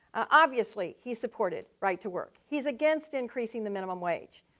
obviously he supported right-to-wok. he's against increasing the minimum wage.